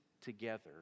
together